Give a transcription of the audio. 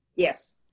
yes